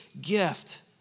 gift